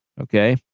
Okay